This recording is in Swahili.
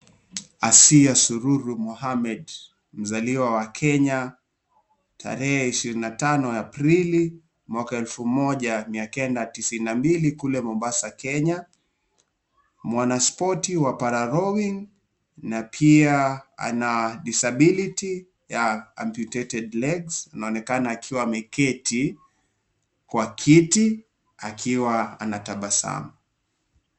Asiya Sururu Mohammed mzaliwa wa Kenya tarehe 25 Aprili mwaka 1992 kule Mombasa Kenya. Mwanaspoti wa Pararowing na pia ana disability ya amputated legs. Unaonekana akiwa ameketi kwa kiti akiwa anatabasamu.